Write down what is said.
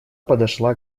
подошла